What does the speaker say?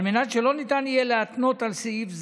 על מנת שלא ניתן יהיה להתנות על סעיף זה,